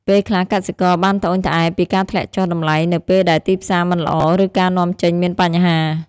ពេលខ្លះ កសិករបានត្អូញត្អែរពីការធ្លាក់ចុះតម្លៃនៅពេលដែលទីផ្សារមិនល្អ ឬការនាំចេញមានបញ្ហា។